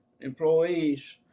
employees